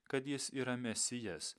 kad jis yra mesijas